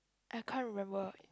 I can't remember